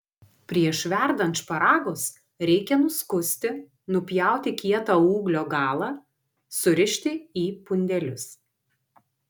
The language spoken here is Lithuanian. prieš verdant šparagus reikia nuskusti nupjauti kietą ūglio galą surišti į pundelius